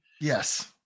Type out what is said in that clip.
Yes